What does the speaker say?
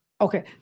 Okay